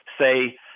say